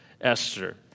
Esther